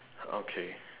okay